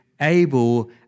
able